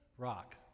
Rock